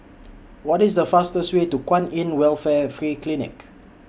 What IS The fastest Way to Kwan in Welfare Free Clinic